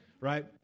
right